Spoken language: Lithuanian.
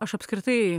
aš apskritai